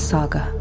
Saga